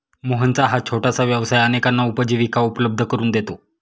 मोहनचा हा छोटासा व्यवसाय अनेकांना उपजीविका उपलब्ध करून देतो